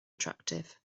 attractive